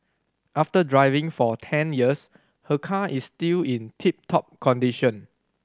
after driving for ten years her car is still in tip top condition